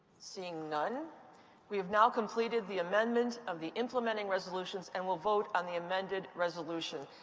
seeing none we have now completed the amendment of the implementing resolutions and will vote on the amended resolution.